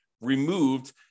removed